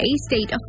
A-State